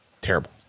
Terrible